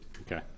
Okay